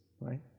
right